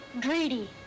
Greedy